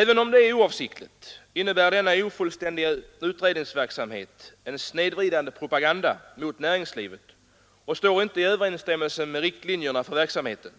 Även om dessa effekter är oavsiktliga, innebär denna ofullständiga utredningsverksamhet en snedvridande propaganda mot näringslivet och står inte i överensstämmelse med den uttalade riktlinjen för verksamheten,